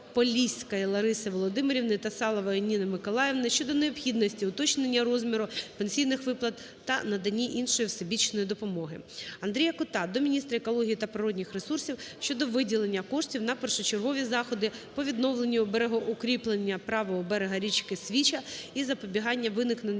Лариси Володимирівни та Салової Ніни Миколаївни щодо необхідності уточнення розміру пенсійних виплат та надання іншої всебічної допомоги. Андрія Кота до міністра екології та природних ресурсів України щодо виділення коштів на першочергові заходи по відновленню берегоукріплення правого берега річки Свіча і запобігання виникнення